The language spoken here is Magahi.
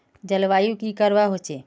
जलवायु की करवा होचे?